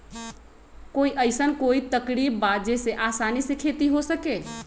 कोई अइसन कोई तरकीब बा जेसे आसानी से खेती हो सके?